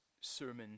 sermon